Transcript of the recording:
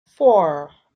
four